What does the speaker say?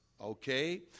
Okay